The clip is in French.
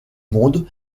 monde